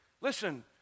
Listen